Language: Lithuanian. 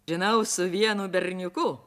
žinau su vienu berniuku